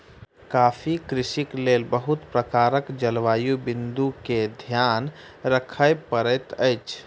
coffee कृषिक लेल बहुत प्रकारक जलवायु बिंदु के ध्यान राखअ पड़ैत अछि